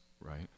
right